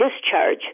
discharge